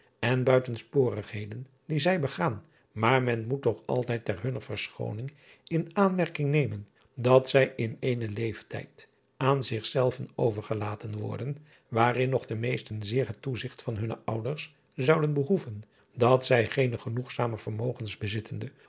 en buitensporigheden die zij begaan maar men moet toch altijd ter hunner verschooning in aanmerking nemen dat zij in eenen leeftijd aan zich zelve overgelaten worden waarin nog de meesten zeer het toezigt van hunne ouders zouden behoeven dat zij geene genoegzame vermogens bezittende